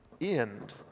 end